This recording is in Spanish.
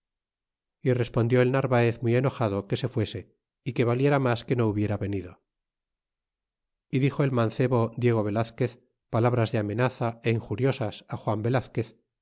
y respondió el narvaez muy enojado que se fuese é que valiera mas que no hubiera venido y dixo el mancebo diego velazquez palabras de amenaza é injuriosas á juan velazquez